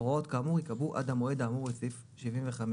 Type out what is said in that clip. הוראות כאמור ייקבעו עד המועד האמור סעיף 75(ב).